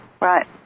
Right